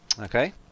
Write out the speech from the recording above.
okay